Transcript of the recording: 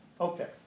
Okay